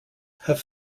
have